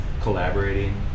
collaborating